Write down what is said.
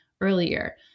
earlier